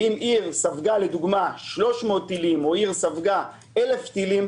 ואם עיר ספגה לדוגמה 300 טילים או עיר ספגה 1,000 טילים